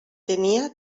tenia